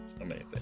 amazing